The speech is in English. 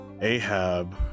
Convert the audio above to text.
Ahab